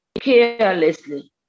carelessly